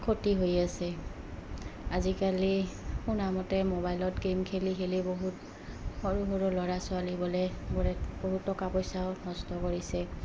ক্ষতি হৈ আছে আজিকালি শুণামতে মোবাইলত গে'ম খেলি খেলি বহুত সৰু সৰু ল'ৰা ছোৱালীবোলে বোৰে বহুত টকা পইচাও নষ্ট কৰিছে